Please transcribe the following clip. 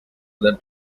other